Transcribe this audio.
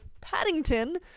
Paddington